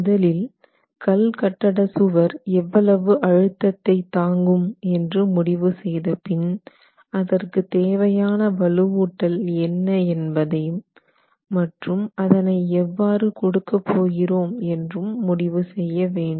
முதலில் கல்கட்டட சுவர் எவ்வளவு அழுத்தத்தை தாங்கும் என்று முடிவு செய்த பின் அதற்கு தேவையான வலுவூட்டல் என்ன என்பதை மற்றும் அதனை எவ்வாறு கொடுக்க போகிறோம் என்று முடிவு செய்ய வேண்டும்